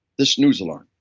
this news alarm.